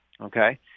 okay